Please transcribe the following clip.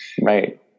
right